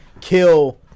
kill